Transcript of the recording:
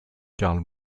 karl